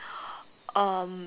um